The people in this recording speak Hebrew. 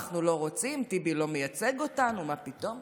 אנחנו לא רוצים, טיבי לא מייצג אותנו, מה פתאום?